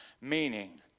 Meaning